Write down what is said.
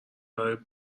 برای